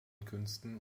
künsten